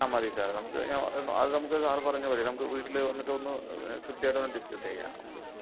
ആ മതി സാറേ നമുക്ക് അതു നമുക്ക് സാർ പറഞ്ഞപോലെ നമുക്ക് വീട്ടിൽ വന്നിട്ട് ഒന്ന് കൃത്യമായിട്ട് ഒന്ന് ഡിസ്കസ് ചെയ്യാം നമുക്ക്